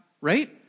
Right